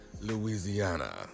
Louisiana